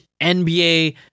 nba